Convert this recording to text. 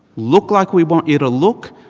look like we want you to look,